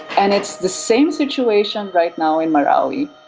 and it's the same situation right now in marwari.